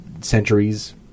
centuries